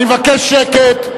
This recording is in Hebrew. אני מבקש שקט.